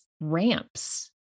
ramps